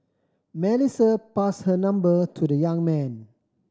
Melissa pass her number to the young man